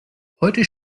heute